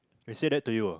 they say that to you